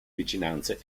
vicinanze